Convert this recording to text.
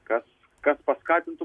kas kas paskatintų